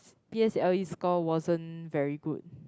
P_S_L_E score wasn't very good